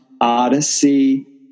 odyssey